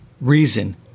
reason